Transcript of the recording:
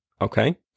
okay